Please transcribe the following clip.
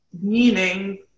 meaning